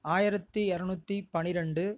ஆயிரத்தி இரனூத்தி பனிரெண்டு